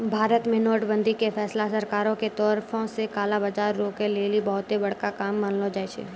भारत मे नोट बंदी के फैसला सरकारो के तरफो से काला बजार रोकै लेली बहुते बड़का काम मानलो जाय छै